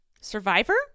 survivor